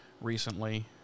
recently